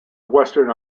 western